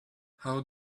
how